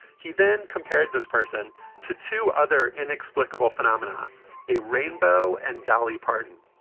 he then compared this person to two other inexplicable phenomena a rainbow and dolly parton,